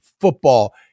football